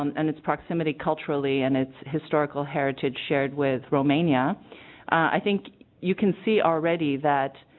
um and its proximity culturally and its historical heritage shared with romania i think you can see already that